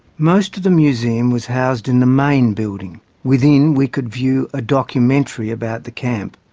most of the museum was housed in the main building within, we could view a documentary about the camp.